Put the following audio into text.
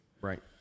Right